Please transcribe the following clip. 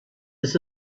this